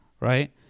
right